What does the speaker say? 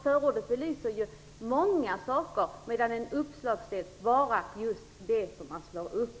Förordet belyser många saker, medan en uppslagsdel bara belyser det som man slår upp.